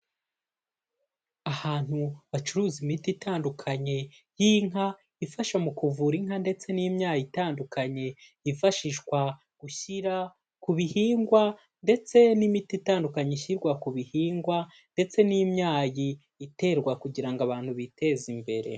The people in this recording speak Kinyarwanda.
Ahantu bacuruza imiti itandukanye y'inka ifasha mu kuvura inka ndetse n'imyaya itandukanye, yifashishwa gushyira ku bihingwa ndetse n'imiti itandukanye ishyirwa ku bihingwa ndetse n'imyayi iterwa kugira ngo abantu biteze imbere.